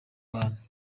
bantu